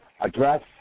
address